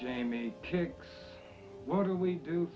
jamie what do we do